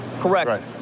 Correct